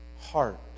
heart